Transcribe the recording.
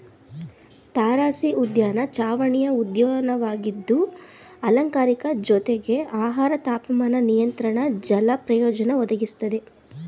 ತಾರಸಿಉದ್ಯಾನ ಚಾವಣಿಯ ಉದ್ಯಾನವಾಗಿದ್ದು ಅಲಂಕಾರಿಕ ಜೊತೆಗೆ ಆಹಾರ ತಾಪಮಾನ ನಿಯಂತ್ರಣ ಜಲ ಪ್ರಯೋಜನ ಒದಗಿಸ್ತದೆ